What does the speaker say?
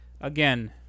Again